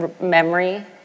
memory